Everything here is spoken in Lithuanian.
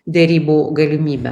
derybų galimybę